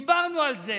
דיברנו על זה